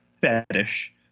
fetish